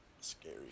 scary